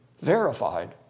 verified